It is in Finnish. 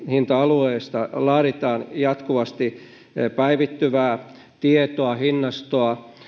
hinta alueista laaditaan jatkuvasti päivittyvää tietoa hinnastoa